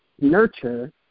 nurture